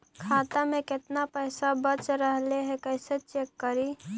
खाता में केतना पैसा बच रहले हे कैसे चेक करी?